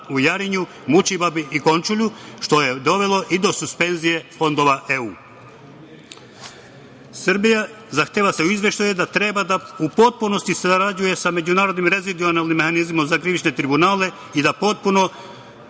u Jarinju, Mučibabi i Končulju, što je dovelo i do suspenzije fondova EU.Zahteva se u izveštaju da Srbija treba u potpunosti sarađuje sa Međunarodnim … mehanizmima za krivične tribunale i na potpuno